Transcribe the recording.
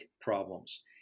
problems